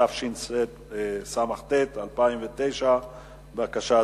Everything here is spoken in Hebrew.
התשס"ט 2009. בבקשה,